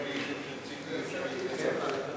נתקבל.